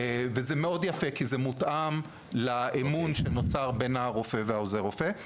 וזה מאוד יפה כי זה מותאם בין האמון שנוצר בין הרופא לעוזר הרופא.